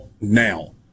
now